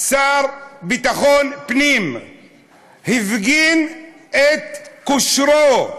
השר לביטחון פנים הפגין את כושרו,